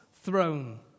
throne